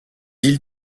îles